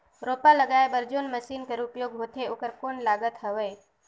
रोपा लगाय बर जोन मशीन कर उपयोग होथे ओकर कौन लागत हवय?